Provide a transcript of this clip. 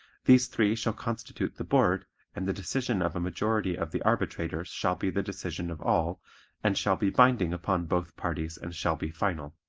these three shall constitute the board and the decision of a majority of the arbitrators shall be the decision of all and shall be binding upon both parties and shall be final.